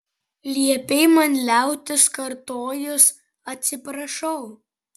liepei man liautis kartojus atsiprašau